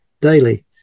daily